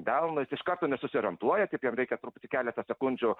delno jis iš karto nesusiorientuoja taip jam reikia truputį keletą sekundžių